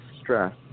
stress